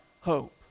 hope